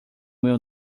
meu